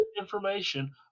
information